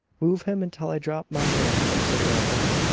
move him until i drop my hand, said norbith.